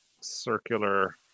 circular